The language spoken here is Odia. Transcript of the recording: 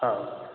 ହଁ